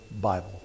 Bible